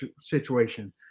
situation